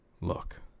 look